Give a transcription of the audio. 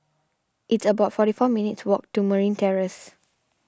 it's about forty four minutes' walk to Merryn Terrace